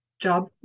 job